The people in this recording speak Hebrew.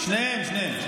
שניהם.